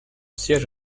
siège